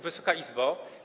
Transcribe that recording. Wysoka Izbo!